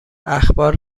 اخبار